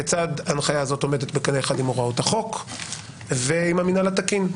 כיצד הנחיה זאת עומדת בקנה אחד עם הוראות החוק ועם המינהל התקין.